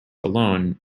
alone